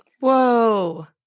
Whoa